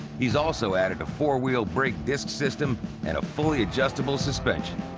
he's also added a four-wheel brake disc system and a fully adjustable suspension.